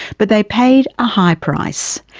but they paid a high price.